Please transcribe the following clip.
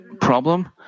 problem